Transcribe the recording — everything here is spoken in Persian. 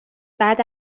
بعد